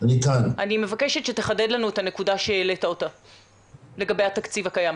אני מבקשת שתחדד לנו את הנקודה שהעלית לגבי התקציב הקיים.